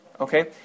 okay